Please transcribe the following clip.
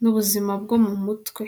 n'ubuzima bwo mu mutwe.